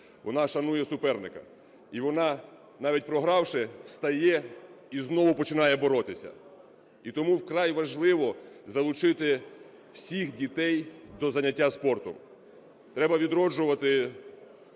Вона шанує суперника, і вона, навіть програвши, встає і знову починає боротися. І тому вкрай важливо залучити всіх дітей до заняття спортом. Треба відроджувати